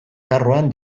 karroan